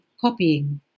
copying